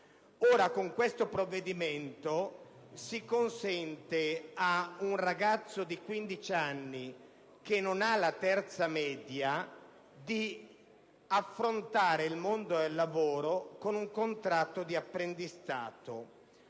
Ora, con questo provvedimento si consente ad un ragazzo di 15 anni che non ha la terza media di affrontare il mondo del lavoro con un contratto di apprendistato,